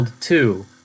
two